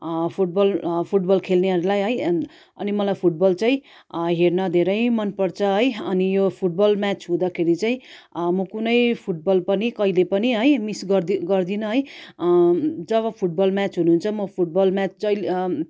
foot बल football खेल्नेहरूलाई है अनि मलाई फुट बल चाहिँ हेर्न धेरै मन पर्छ है अनि यो फुट बल म्याच हुँदाखेरि चाहिँ म कुनै फुट बल पनि कहिले पनि है मिस गर्दै गर्दिनँ है जब फुट बल म्याचहरू हुन्छ म फुट बल म्याच जहीँ